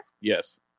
Yes